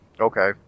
Okay